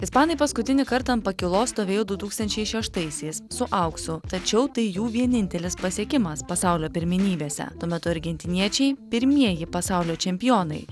ispanai paskutinį kartą ant pakylos stovėjo du tūkstančiai šeštaisiais su auksu tačiau tai jų vienintelis pasiekimas pasaulio pirmenybėse tuo metu argentiniečiai pirmieji pasaulio čempionai